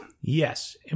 Yes